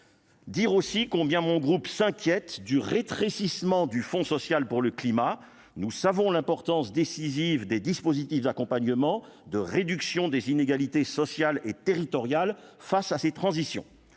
Dire aussi combien mon groupe s'inquiète du rétrécissement du fonds social pour le climat, nous savons l'importance décisive des dispositifs d'accompagnement de réduction des inégalités sociales et territoriales face à ces transitions